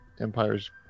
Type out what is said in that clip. Empire's